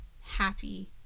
happy